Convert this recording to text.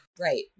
right